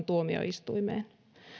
tuomioistuimeen